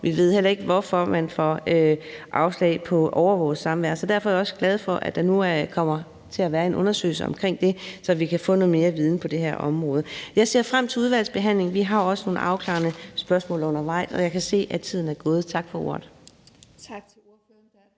Vi ved heller ikke, hvorfor man får afslag på overvåget samvær. Så derfor er jeg også glad for, at der nu kommer til at være en undersøgelse omkring det, så vi kan få noget mere viden på det her område. Jeg ser frem til udvalgsbehandlingen. Vi har også nogle afklarende spørgsmål undervejs. Jeg kan se, at tiden er gået. Tak for ordet.